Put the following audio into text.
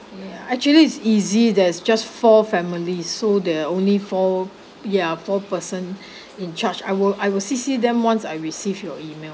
ya actually it's easy there's just four families so there're only four ya four person in charge I will I will C_C them once I receive your email